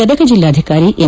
ಗದಗ ಜಿಲ್ಲಾಧಿಕಾರಿ ಎಂ